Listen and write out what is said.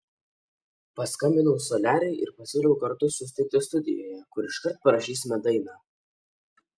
paskambinau soliariui ir pasiūliau kartu susitikti studijoje kur iškart parašysime dainą